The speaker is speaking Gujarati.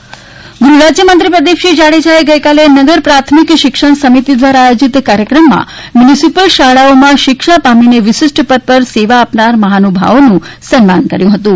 નગર પ્રાથમિક શિક્ષણ સમારોહ્ ગૃહ રાજ્યમંત્રી પ્રદીપસિંહ જાડેજાએ ગઇકાલે નગર પ્રાથમિક શિક્ષણ સમિતિ દ્વારા આયોજિત કાર્યક્રમમાં મ્યુનિસિપલ શાળાઓમાં શિક્ષા પામીને વિશિષ્ટ પદ પર સેવા આપતા મહાનુભાવોનું સન્માન કર્યુ હતુ